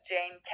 Jane